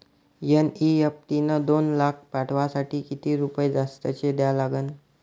NEFT न दोन लाख पाठवासाठी किती रुपये जास्तचे द्या लागन?